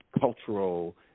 cultural